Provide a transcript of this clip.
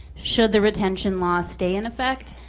should the retention law stay in effect?